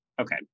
okay